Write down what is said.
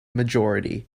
majority